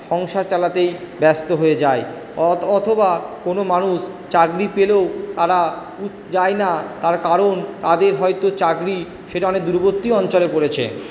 সংসার চালাতেই ব্যস্ত হয়ে যায় অথবা কোন মানুষ চাকরি পেলেও তারা যায় না তার কারণ তাদের হয়তো চাকরি সেটা অনেক দূরবর্তী অঞ্চলে পড়েছে